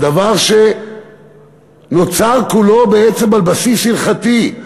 על דבר שנוצר כולו בעצם על בסיס הלכתי,